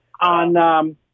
On